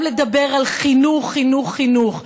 גם לדבר על חינוך חינוך חינוך,